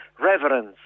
reverence